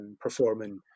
performing